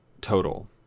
total